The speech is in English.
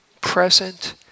present